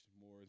more